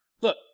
look